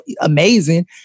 amazing